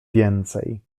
więcej